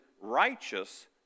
righteous